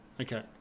Okay